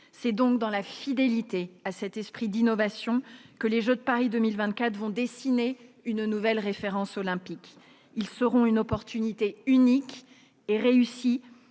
C'est donc dans la fidélité à cet esprit d'innovation que les Jeux de Paris 2024 vont dessiner une nouvelle référence olympique. Ils offriront une occasion unique de faire